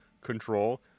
control